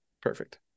Perfect